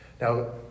Now